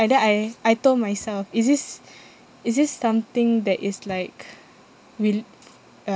and then I I told myself is this is this something that is like will